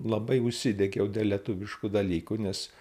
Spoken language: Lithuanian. labai užsidegiau dėl lietuviškų dalykų nes